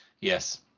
yes